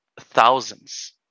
thousands